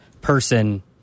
person